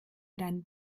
deinen